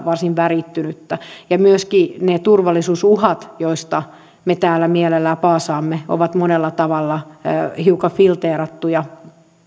varsin värittynyttä ja myöskin ne turvallisuusuhat joista me täällä mielellämme paasaamme ovat monella tavalla hiukan filteerattuja